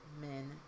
men